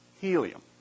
helium